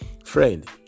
friend